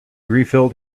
refilled